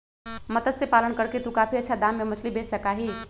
मत्स्य पालन करके तू काफी अच्छा दाम में मछली बेच सका ही